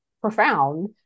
profound